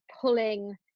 pulling